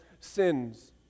sins